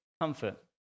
comfort